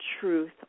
truth